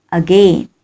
again